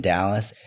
Dallas